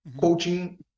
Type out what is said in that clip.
coaching